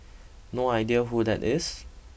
no idea who that is